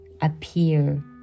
appear